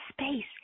space